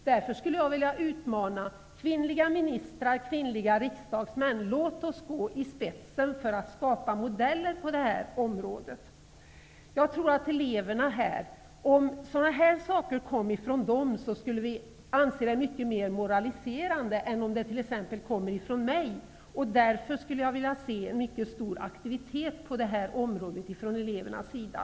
Därför skulle jag vilja utmana kvinnliga ministrar och kvinnliga riksdagsmän att gå i spetsen för att skapa modeller på detta område. Om sådana saker kom från eleverna, skulle vi anse det som mycket mer moraliserande än om det kom t.ex. från mig. Därför skulle jag vilja se en mycket stor aktivitet från elevernas sida.